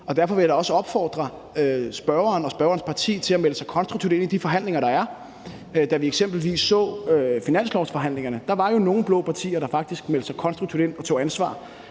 Derfor vil jeg da også opfordre spørgeren og spørgerens parti til at melde sig konstruktivt ind i de forhandlinger, der er. Da vi eksempelvis havde finanslovsforhandlingerne, var der jo nogle blå partier, der faktisk meldte sig konstruktivt ind og tog ansvar.